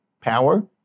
power